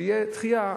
תהיה דחייה.